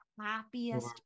happiest